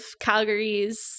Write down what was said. Calgary's